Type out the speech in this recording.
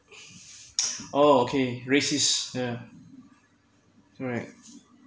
oh okay racist yeah correct